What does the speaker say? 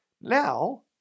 now